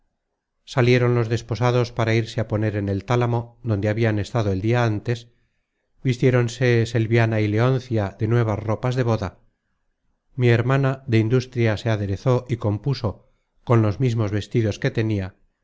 salieron los desposados para irse á poner en el tálamo donde habian estado el dia antes vistiéronse selviana y leoncia de nuevas ropas de boda mi hermana de industria se aderezó y compuso con los mismos vestidos que tenia